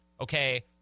okay